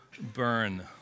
burn